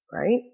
right